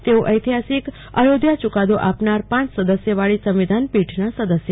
તેઓ ઐતિહાસિક અયોધ્યા ચુકાદો આપનાર પાંચ સદસ્યવાળી સંવિધાન પીઠના સદસ્ય છે